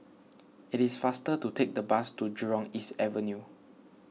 it is faster to take the bus to Jurong East Avenue